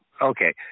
Okay